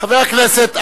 חבר הכנסת,